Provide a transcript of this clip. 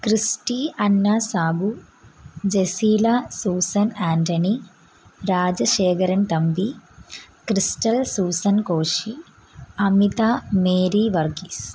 Christy Anna Sabu Jaseela Susan Antony Rajasekharan Thampi Crystal Susan Koshy Amitha Mary Varghese